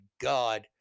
God